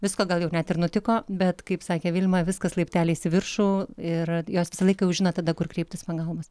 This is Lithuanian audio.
visko gal jau net ir nutiko bet kaip sakė vilma viskas laipteliais į viršų ir jos visą laiką jau žino tada kur kreiptis pagalbos